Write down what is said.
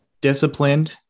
disciplined